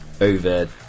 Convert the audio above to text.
over